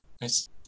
Nice